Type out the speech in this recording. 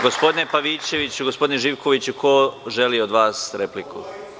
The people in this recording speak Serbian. Gospodine Pavićeviću i gospodine Živkoviću, ko želi od vas repliku?